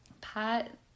Pat